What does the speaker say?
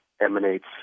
emanates